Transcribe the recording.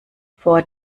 vor